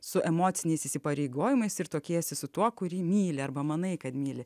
su emociniais įsipareigojimais ir tuokiesi su tuo kurį myli arba manai kad myli